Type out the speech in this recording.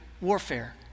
warfare